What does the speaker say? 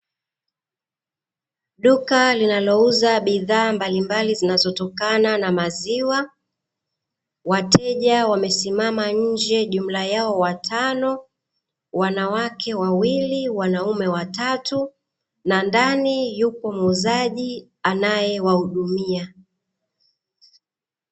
Duka linalouza bidhaa mbalimbali zinatokana na maziwa, wateja wamesimama nje, jumla yao watano, wanawake wawili, wanaume watatu na ndani yupo muuzaji anaye wahudumia.